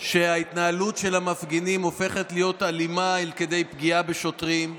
שההתנהלות של המפגינים הופכת להיות אלימה עד כדי פגיעה בשוטרים.